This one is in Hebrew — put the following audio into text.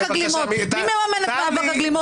מי מממן את מאבק הגלימות?